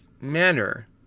manner